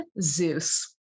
Zeus